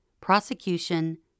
prosecution